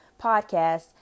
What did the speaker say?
podcast